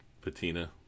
patina